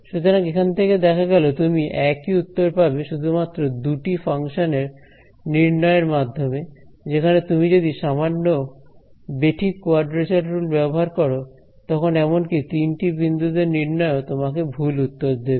সুতরাং এখান থেকে দেখা গেল তুমি একই উত্তর পাবে শুধুমাত্র দুটি ফাংশন নির্ণয়ের মাধ্যমে যেখানে তুমি যদি সামান্য বেঠিক কোয়াড্রেচার রুল ব্যবহার করো তখন এমনকি তিনটি বিন্দুতে নির্ণয়ও তোমাকে ভুল উত্তর দেবে